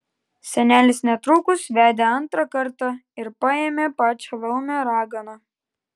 senelis netrukus vedė antrą kartą ir paėmė pačią laumę raganą